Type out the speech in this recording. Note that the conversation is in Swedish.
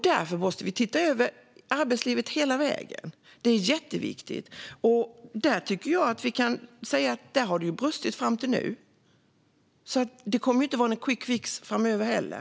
Därför måste vi titta över arbetslivet hela vägen. Det är jätteviktigt. Där har det brustit hittills, och det kommer inte att vara någon quickfix framöver heller.